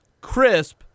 crisp